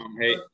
Hey